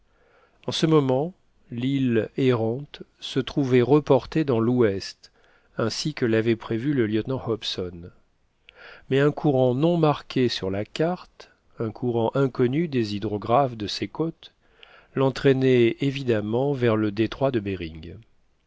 en ce moment l'île errante se trouvait reportée dans l'ouest ainsi que l'avait prévu le lieutenant hobson mais un courant non marqué sur la carte un courant inconnu des hydrographes de ces côtes l'entraînait évidemment vers le détroit de behring